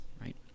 Right